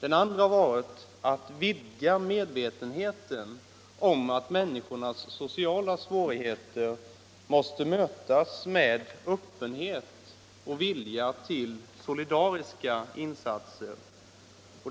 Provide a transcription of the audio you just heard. Den andra har varit att vidga medvetenheten om att människornas sociala svårigheter måste mötas med öppenhet och vilja till solidariska insatser.